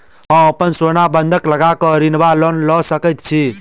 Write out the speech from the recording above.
हम अप्पन सोना बंधक लगा कऽ ऋण वा लोन लऽ सकै छी?